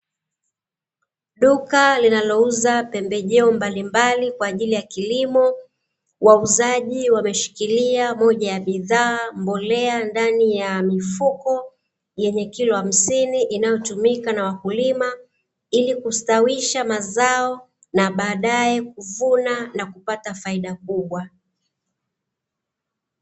Duka linalouza pembejeo mbalimbali kwa ajili ya kilimo, wauzaji wameshikilia moja ya bidhaa, mbolea ndani ya mifuko yenye kilo hamsini inayotumika na wakulima ili kustawisha mazao na baadae kuvuna na kupata faida kubwa.